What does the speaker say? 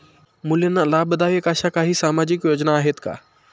मुलींना लाभदायक अशा काही सामाजिक योजना आहेत का?